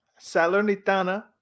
Salernitana